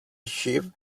achieved